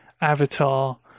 avatar